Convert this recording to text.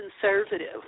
conservative